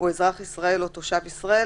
אזרח ישראל או תושב ישראל...